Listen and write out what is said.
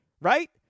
right